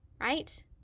right